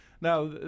Now